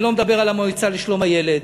אני לא מדבר על המועצה לשלום הילד,